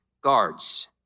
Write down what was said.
guards